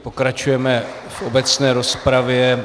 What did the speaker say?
Pokračujeme v obecné rozpravě.